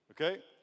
Okay